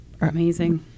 Amazing